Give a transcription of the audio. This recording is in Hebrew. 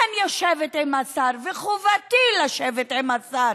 כן, אני יושבת עם השר, וחובתי לשבת עם השר.